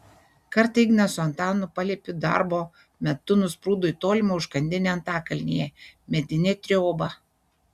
kartą ignas su antanu paliepiu darbo metu nusprūdo į tolimą užkandinę antakalnyje medinę triobą